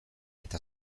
eta